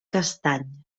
castany